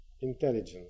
intelligence